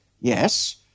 yes